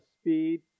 speed